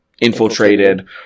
infiltrated